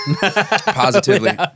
Positively